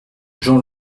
jean